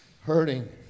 Hurting